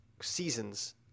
seasons